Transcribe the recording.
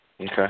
Okay